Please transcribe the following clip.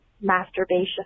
masturbation